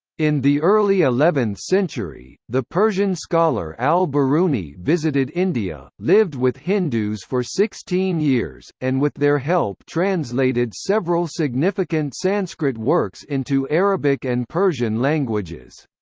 in the early eleventh century, the persian scholar al biruni visited india, lived with hindus for sixteen years, and with their help translated several significant sanskrit works into arabic and persian languages.